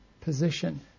position